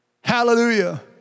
Hallelujah